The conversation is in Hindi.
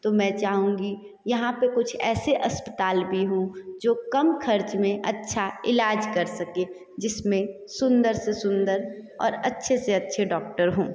तो मैं चाहूंगी यहाँ पे कुछ ऐसे अस्पताल भी हो जो कम खर्च में अच्छा इलाज कर सके जिसमे सुंदर से सुंदर और अच्छे से अच्छे डॉक्टर हो